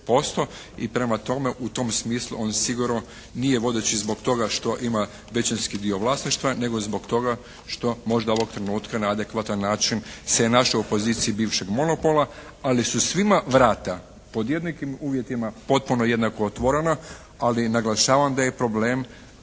i prema tome u tom smislu on sigurno nije vodeći zbog toga što ima većinski dio vlasništva nego zbog toga što ovog trenutka na adekvatan način se našao u poziciji bivšeg monopola ali su svima vrata pod jednakim uvjetima potpuno jednako otvorena ali i naglašavam da je problem